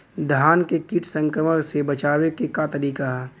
धान के कीट संक्रमण से बचावे क का तरीका ह?